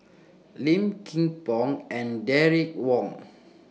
Low Kim Pong and Derek Wong